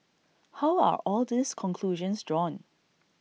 how are all these conclusions drawn